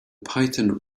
python